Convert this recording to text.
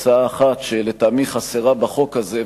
הצעה אחת שלטעמי חסרה בחוק הזה,